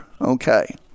Okay